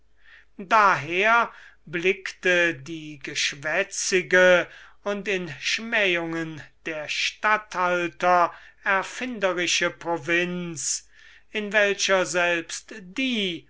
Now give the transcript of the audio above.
daher blickte die geschwätzige und in schmähungen der statthalter erfinderische provinz in welcher selbst die